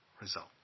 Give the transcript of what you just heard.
result